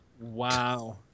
Wow